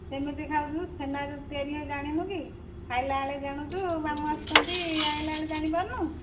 ସେମିତି ଖାଉଛୁ ଛେନାରେ ତିଆରି ହୁଏ ଜାଣିନୁ କି ଖାଇଲା ବେଳେ ଜାଣୁଛୁ ମାମୁଁ ଆସିଛନ୍ତି ଆଣିଲା ବେଳେ ଜାଣିପାରୁନୁ